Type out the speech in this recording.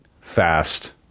Fast